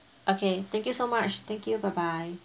okay thank you so much thank you bye bye